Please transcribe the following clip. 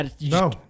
No